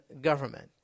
government